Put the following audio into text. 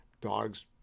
dogs